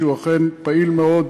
שהוא אכן פעיל מאוד,